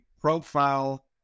profile